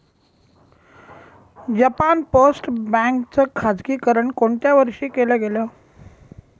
Japan post bank च खाजगीकरण कोणत्या वर्षी केलं गेलं?